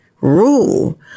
rule